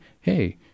hey